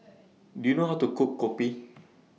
Do YOU know How to Cook Kopi